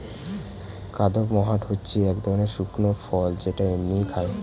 কাদপমহাট হচ্ছে এক ধরণের শুকনো ফল যেটা এমনিই খায়